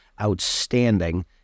outstanding